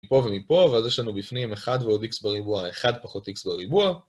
מפה ומפה, ואז יש לנו בפנים 1 ועוד x בריבוע, 1 פחות x בריבוע